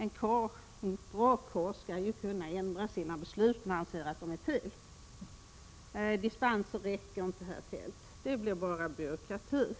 En bra karl skall ju kunna ändra sina beslut, om han anser att de är felaktiga. Dispenser räcker inte, det blir bara byråkrati.